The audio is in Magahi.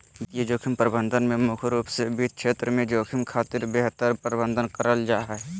वित्तीय जोखिम प्रबंधन में मुख्य रूप से वित्त क्षेत्र में जोखिम खातिर बेहतर प्रबंध करल जा हय